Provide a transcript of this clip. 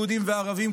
יהודים וערבים,